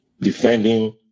defending